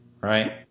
right